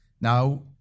Now